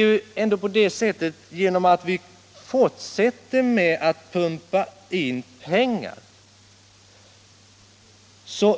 Just genom att fortsätta att pumpa in pengar